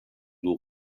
شلوغ